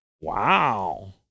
Wow